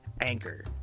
Anchor